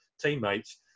teammates